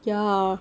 ya